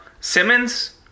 Simmons